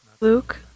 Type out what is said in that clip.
Luke